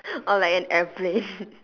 or like an airplane